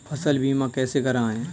फसल बीमा कैसे कराएँ?